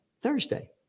Thursday